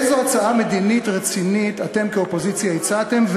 איזו הצעה מדינית רצינית אתם כאופוזיציה הצעתם,